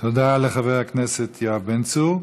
תודה לחבר הכנסת יואב בן צור.